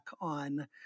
on